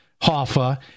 Hoffa